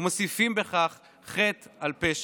ומוסיפים בכך חטא על פשע.